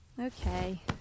okay